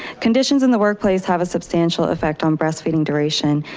conditions in the workplace have a substantial effect on breastfeeding duration.